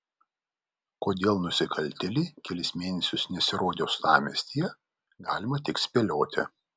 kodėl nusikaltėliai kelis mėnesius nesirodė uostamiestyje galima tik spėlioti